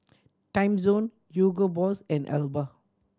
Timezone Hugo Boss and Alba